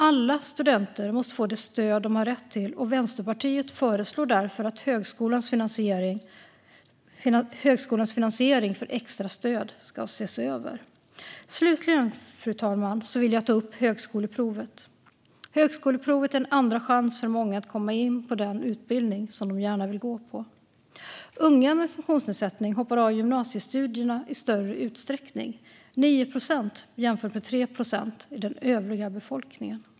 Alla studenter måste få det stöd de har rätt till, och Vänsterpartiet föreslår därför att högskolans finansiering för extra stöd ska ses över. Slutligen, fru talman, vill jag ta upp högskoleprovet. Högskoleprovet är en andra chans för många att komma in på den utbildning som de gärna vill gå. Unga med funktionsnedsättning hoppar av gymnasiestudierna i större utsträckning - 9 procent jämfört med 3 procent i den övriga befolkningen.